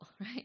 right